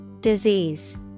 Disease